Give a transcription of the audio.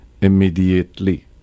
immediately